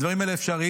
הדברים האלה אפשריים,